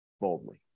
boldly